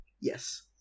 Yes